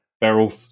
barrel